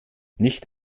nicht